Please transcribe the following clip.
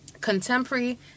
contemporary